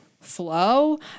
flow